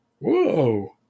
Whoa